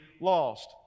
lost